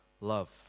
love